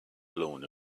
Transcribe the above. blown